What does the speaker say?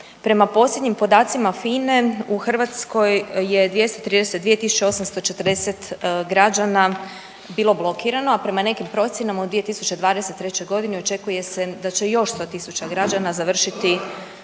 prema posljednjim podacima FINA-e u Hrvatskoj je 232 tisuće 840 građana bilo blokirano, a prema nekim procjenama u 2023. godini očekuje se da će još 100 tisuća građana završiti